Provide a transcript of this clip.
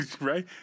Right